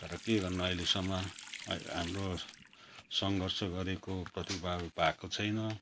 तर के गर्नु अहिलेसम्म हाम्रो सङ्घर्ष गरेको प्रतिफल भएको छैन